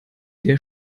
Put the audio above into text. der